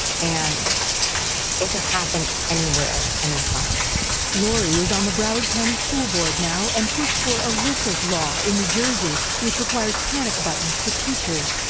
and it can happen anywhere, any time. reporter lori is on the broward county school board now and pushed for alyssa's law in new jersey, which requires panic buttons for teachers.